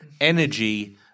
energy